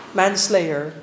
manslayer